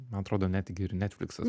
man atrodo netgi ir netfliksas